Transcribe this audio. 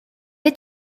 est